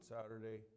Saturday